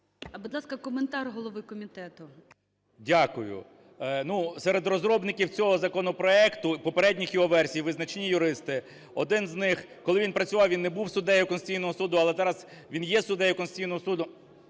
Будь ласка, коментар голови комітету. 11:44:44 КНЯЖИЦЬКИЙ М.Л. Дякую. Серед розробників цього законопроекту і попередніх його версій визначні юристи. Один з них, коли він працював, він не був суддею Конституційного Суду, але зараз він є суддею Конституційного Суду,